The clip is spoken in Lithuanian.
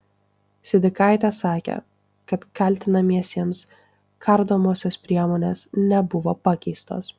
siudikaitė sakė kad kaltinamiesiems kardomosios priemonės nebuvo pakeistos